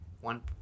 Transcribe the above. one